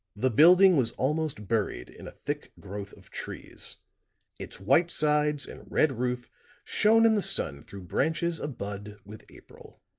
the building was almost buried in a thick growth of trees its white sides and red roof shone in the sun through branches abud with april.